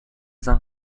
san